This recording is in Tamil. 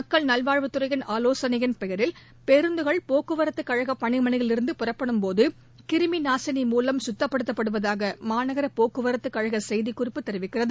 மக்கள் நல்வாழ்வுத்துறையின் ஆலோசனையின் பேரில் பேருந்துகள் போக்குவரத்துக்க கழக பனிமனையிலிருந்து புறப்படும் போது கிரிமி நாசினி மூலம் சுத்தப்படுத்தப்படுவதாக மாநகர போக்குவரத்துக் கழக செய்திக்குறிப்பு தெரிவிக்கிறது